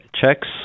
checks